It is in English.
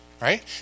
right